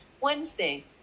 Wednesday